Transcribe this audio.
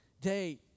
day